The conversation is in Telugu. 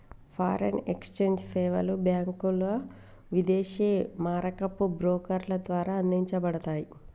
ఫారిన్ ఎక్స్ఛేంజ్ సేవలు బ్యాంకులు, విదేశీ మారకపు బ్రోకర్ల ద్వారా అందించబడతయ్